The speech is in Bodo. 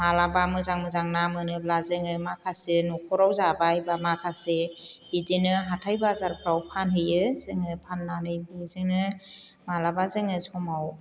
माब्लाबा मोजां मोजां ना मोनोब्ला जोङो माखासे न'खराव जाबाय बा माखासे बिदिनो हाथाय बाजारफोराव फानहैयो जोङो फाननानै बेजोंनो माब्लाबा जोङो समाव